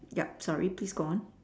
yup sorry please go on